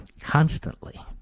constantly